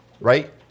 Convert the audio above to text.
right